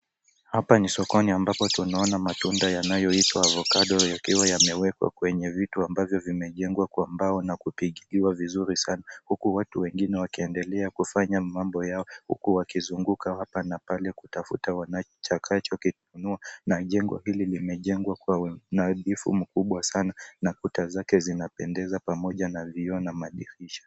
Hapa ni sokoni ambapo tunaona matunda yanayoitwa avocado yakiwa yamewekwa kwenye vitu ambavyo vimejengwa kwa mbao na kupigiliwa vizuri sana huku watu wengine wakiendelea kufanya mambo yao huku wakizunguka hapa na pale kutafuta wanachokinunua na jengo hili limejengwa kwa unadhifu mkubwa sana na kuta zake zinapendeza pamoja na vioo na madirisha.